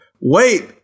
Wait